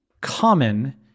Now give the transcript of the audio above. common